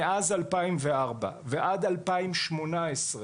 מאז 2004 ועד 2018,